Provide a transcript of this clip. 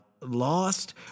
lost